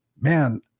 man